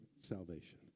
salvation